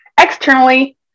Externally